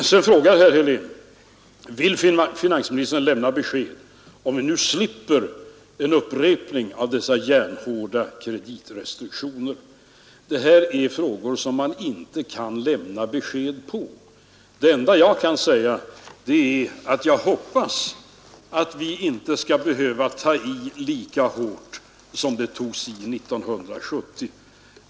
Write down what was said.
Sedan frågar herr Helén om finansministern kan lämna besked om huruvida vi slipper en upprepning av dessa järnhårda kreditrestriktioner. Det här är saker som man inte kan lämna besked om. Det enda jag kan säga är att jag hoppas att vi inte skall behöva ta i lika hårt som skedde 1970.